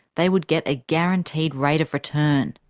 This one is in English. they would get a guaranteed rate of return.